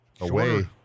away